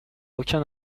aucun